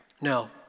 Now